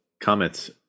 Comments